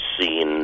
seen